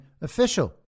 official